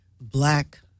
black